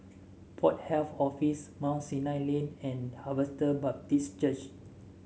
Port Health Office Mount Sinai Lane and Harvester Baptist Church